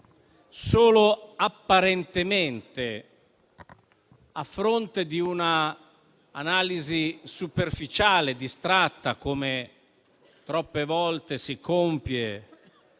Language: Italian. solo apparentemente, a fronte di un'analisi superficiale e distratta, come troppe volte si compie,